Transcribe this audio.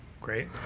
Great